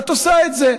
ואת עושה את זה.